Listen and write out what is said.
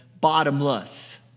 bottomless